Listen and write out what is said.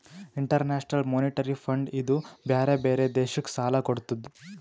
international monetary fund ಇದೂ ಬ್ಯಾರೆ ಬ್ಯಾರೆ ದೇಶಕ್ ಸಾಲಾ ಕೊಡ್ತುದ್